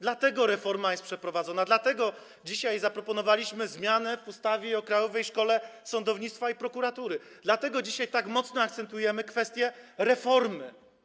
Dlatego reforma jest przeprowadzona, dlatego dzisiaj zaproponowaliśmy zmianę w ustawie o Krajowej Szkole Sądownictwa i Prokuratury, dlatego dzisiaj tak mocno akcentujemy kwestię reformy.